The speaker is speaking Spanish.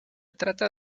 trata